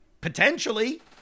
Potentially